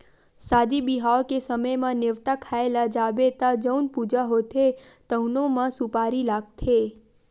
सादी बिहाव के समे म, नेवता खाए ल जाबे त जउन पूजा होथे तउनो म सुपारी लागथे